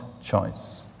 choice